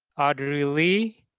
audrey lee,